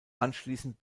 anschließend